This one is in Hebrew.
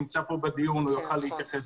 נמצא פה בדיון וגם הוא יוכל להתייחס,